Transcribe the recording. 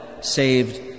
saved